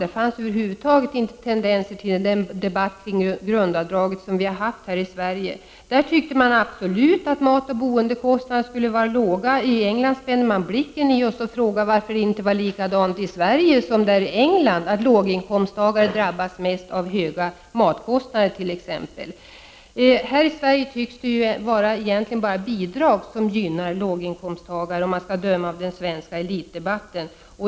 Det fanns över huvud taget inte tendenser till den debatt kring grundavdraget som vi haft i Sverige. I USA tycker man absolut att matoch boendekostnader skall vara låga. I England spände man blicken i oss och frågade om det inte är likadant i Sverige som i England, att låginkomsttagare drabbas mest av höga matkostnader t.ex. Här i Sverige tycks det egentligen bara vara bidrag som gynnar låginkomsttagare, om man skall döma av den svenska elitdebatten.